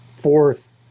Fourth